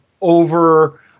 Over